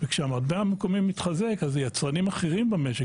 וכשהמטבע המקומי מתחזק אז יצרנים אחרים במשק,